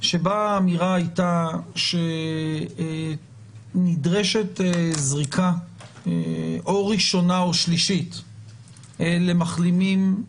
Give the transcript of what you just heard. בו הייתה אמירה שנדרשת זריקה או ראשונה או שלישית למחלימים.